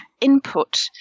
input